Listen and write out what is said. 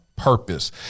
purpose